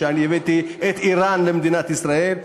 שאני הבאתי את איראן למדינת ישראל.